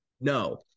No